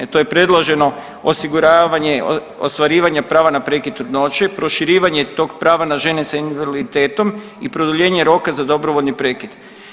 To je predloženo osiguravanje ostvarivanja prava na prekid trudnoće, proširivanje tog prava na žene s invaliditetom i produljenje roka za dovoljni prekid.